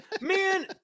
Man